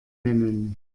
nennen